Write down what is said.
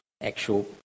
actual